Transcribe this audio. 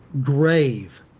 grave